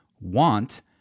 want